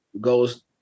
goes